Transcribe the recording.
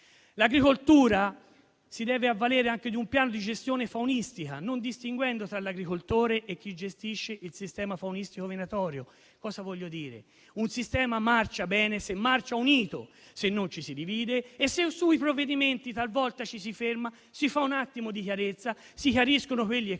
L'agricoltura si deve avvalere anche di un piano di gestione faunistica, non distinguendo tra l'agricoltore e chi gestisce il sistema faunistico venatorio. Intendo dire che un sistema marcia bene se marcia unito, se non ci si divide e se sui provvedimenti talvolta ci si ferma, si fa un po' di chiarezza rispetto agli equivoci e